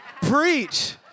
preach